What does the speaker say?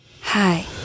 Hi